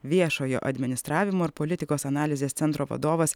viešojo administravimo ir politikos analizės centro vadovas